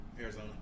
Arizona